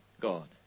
God